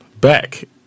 back